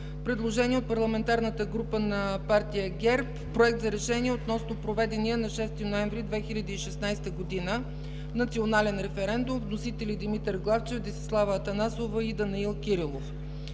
Предложение от Парламентарната група на партия ГЕРБ – Проект за решение относно проведения на 6 ноември 2016 г. Национален референдум. Вносители Димитър Главчев, Десислава Атанасова и Данаил Кирилов.